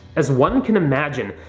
as one can imagine,